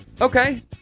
Okay